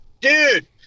dude